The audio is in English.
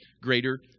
greater